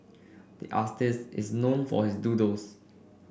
the artist is known for his doodles